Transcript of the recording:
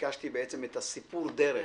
שביקשתי את הסיפור דרך